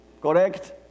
correct